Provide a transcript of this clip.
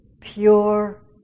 pure